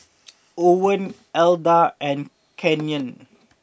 Owens Alda and Canyon